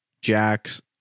Jack's